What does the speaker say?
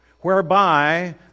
whereby